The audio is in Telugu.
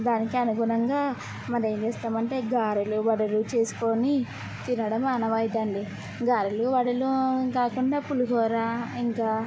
దానికి అనుగుణంగా మరేం చేస్తామంటే గారెలు వడలు చేసుకొని తినడం ఆనవాయితి అండి గారెలూ వడలూ కాకుండా పులిహోరా ఇంకా